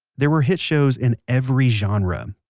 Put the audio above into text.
there were hit shows in every genre,